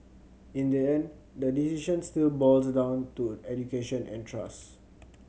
in the end the decision still boils down to education and trust